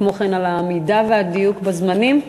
כמו כן על העמידה והדיוק בזמנים.